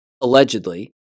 allegedly